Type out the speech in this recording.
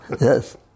Yes